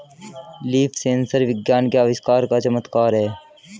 leaf sensor विज्ञान के आविष्कार का चमत्कार है